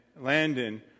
Landon